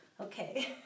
Okay